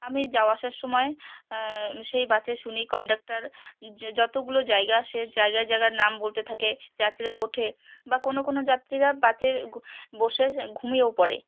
আমি যাওয়া আসার সময় সেই বাসে শুনি কন্ডাক্টার যতগুলো জায়গা আসে জায়গায় জায়গার নাম বলতে থাকে যাত্রীরা ওঠে বা কোনো কোনো যাত্রীরা বাসে বসে ঘুমিয়েও পড়ে